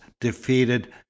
defeated